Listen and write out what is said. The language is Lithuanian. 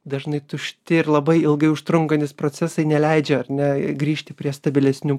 dažnai tušti ir labai ilgai užtrunkantys procesai neleidžia ar ne grįžti prie stabilesnių